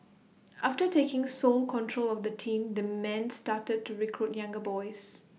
after taking sole control of the team the man started to recruit younger boys